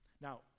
Now